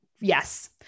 Yes